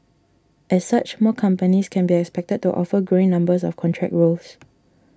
as such more companies can be expected to offer growing numbers of contract roles